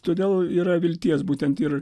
todėl yra vilties būtent ir